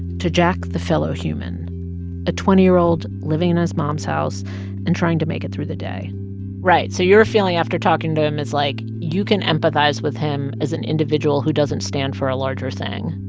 to jack, the fellow human a twenty year old living in his mom's house and trying to make it through the day right. so your feeling after talking to him is like you can empathize with him as an individual who doesn't stand for a larger thing